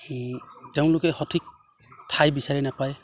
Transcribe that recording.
তেওঁলোকে সঠিক ঠাই বিচাৰি নাপায়